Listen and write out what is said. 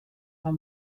mar